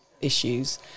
issues